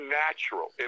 natural